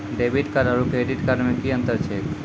Debit card आरू credit card मे कि अन्तर छैक?